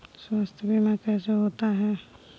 स्वास्थ्य बीमा कैसे होता है?